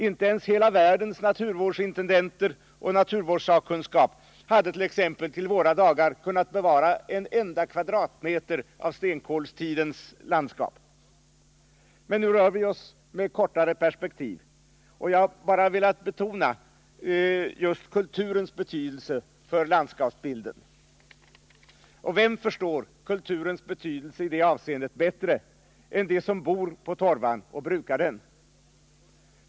Inte ens hela världens naturvårdsintendenter och naturvårdssakkunskap hade t.ex. till våra dagar kunnat bevara en enda kvadratmeter av stenkolstidens landskap. Men nu rör vi oss med kortare perspektiv, och jag har velat betona just kulturens betydelse för landskapsbilden. Vem förstår kulturens betydelse i det avseendet bättre än de som bor på torvan och brukar den?